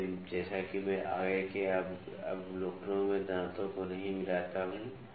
इसलिए जैसा कि मैं आगे के अवलोकनों में दांतों को नहीं मिलाता हूं